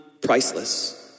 Priceless